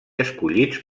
escollits